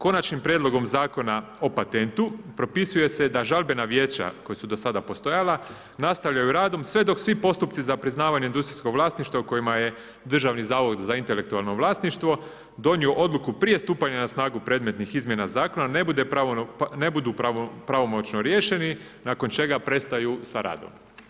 Konačnim prijedlogom Zakona o patentu propisuje se da žalbena vijeća koja su do sada postojala, nastavljaju radom sve dok svi postupci za priznavanje industrijskog vlasništva o kojima je Državni zavod za intelektualno vlasništvo donio odluku prije stupanja na snagu predmetnih izmjena zakona, ne budu pravomoćno riješeni, nakon čega prestaju sa radom.